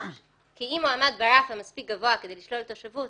אם הוא עמד ברף מספיק גבוה כדי שישללו לו תושבות,